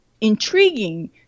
intriguing